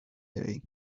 day